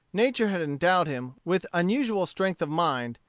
nature had endowed him with unusual strength of mind,